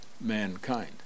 mankind